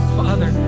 father